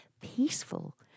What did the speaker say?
peaceful